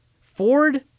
Ford